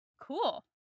Cool